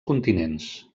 continents